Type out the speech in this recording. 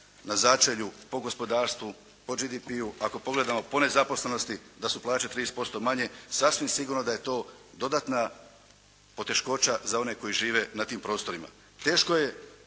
na začelju po gospodarstvu, po GDP-u, ako pogledamo po nezaposlenosti da su plaće 30% manje, sasvim sigurno da je to dodatna poteškoća za one koji žive na tim prostorima. Teško je